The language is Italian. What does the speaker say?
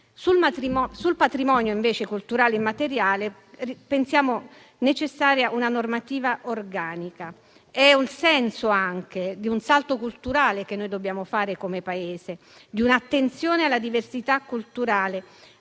Sul patrimonio culturale immateriale, invece, pensiamo sia necessaria una normativa organica. È un senso anche di un salto culturale che noi dobbiamo fare, come Paese, di un'attenzione alla diversità culturale,